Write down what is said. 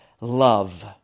love